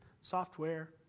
software